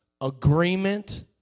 agreement